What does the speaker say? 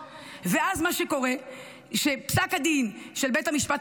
ואז מה שקורה הוא שפסק הדין של בית המשפט